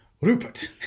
Rupert